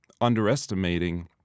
underestimating